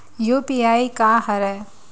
UPI का हरय?